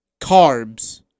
carbs